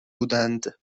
بودند